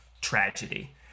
tragedy